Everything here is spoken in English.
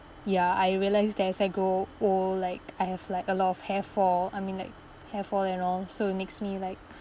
ya I realise that as I grow old like I have like a lot of hairfall I mean like hairfall and all so it makes me like